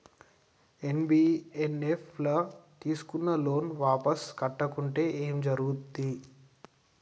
NBFS ల తీస్కున్న loan వాపస్ కట్టకుంటే ఏం జర్గుతది?